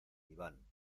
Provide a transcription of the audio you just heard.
iván